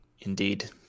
Indeed